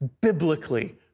biblically